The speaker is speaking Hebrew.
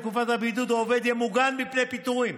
בתקופת הבידוד העובד יהיה מוגן מפני פיטורים,